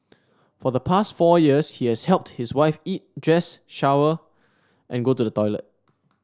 for the past four years he has helped his wife eat dress shower and go to the toilet